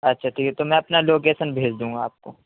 اچھا ٹھیک ہے تو میں اپنا لوکیسن بھیج دوں گا آپ کو